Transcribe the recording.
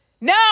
No